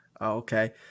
Okay